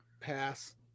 pass